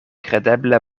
kredeble